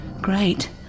Great